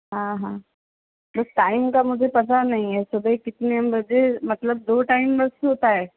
हाँ हाँ bus time का मुझे पता नहीं है सुबह कितने बजे मतलब दो टाइम बस होता है